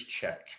check